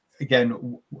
again